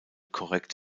korrekt